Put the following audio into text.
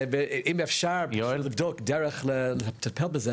ואם אפשר לבדוק על דרך לטפל בזה,